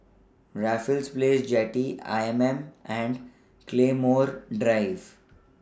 Raffles Place Jetty I M M and Claymore Drive